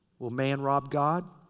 will man rob god?